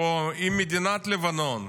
או עם מדינת לבנון.